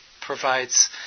provides